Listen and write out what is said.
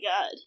God